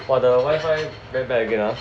what the wifi very bad again ah